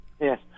Yes